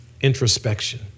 introspection